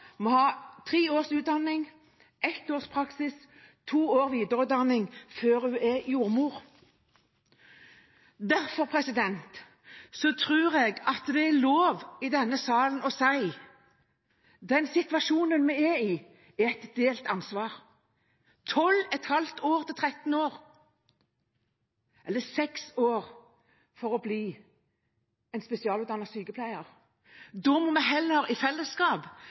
må ha tre års utdanning, ett års praksis og to år videreutdanning før man er jordmor. Derfor tror jeg det i denne salen er lov å si at den situasjonen vi er i, er et delt ansvar – 12,5–13 år, eller 6 år for å bli spesialutdannet sykepleier. Da må vi i fellesskap